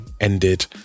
ended